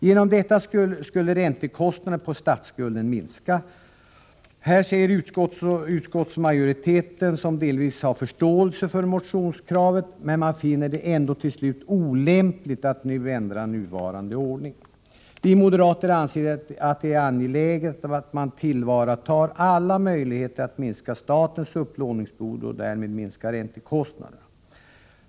Genom detta skulle räntekostnaderna på statsskulden minska. Utskottsmajoriteten, som delvis har förståelse för motionskravet, finner det ändå till slut olämpligt att nu ändra nuvarande ordning. Vi moderater anser att det är angeläget att man tillvaratar alla möjligheter att minska statens upplåningsbehov och därmed minska räntekostnaderna.